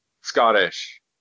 Scottish